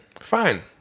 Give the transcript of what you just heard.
fine